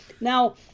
now